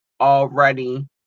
already